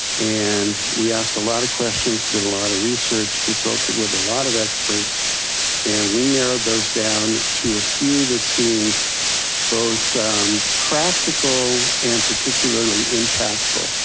and we asked a lot of questions, did a lot of research, consulted with a lot of experts and we narrowed those down to a few that seemed both practical and particularly impactful.